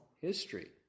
history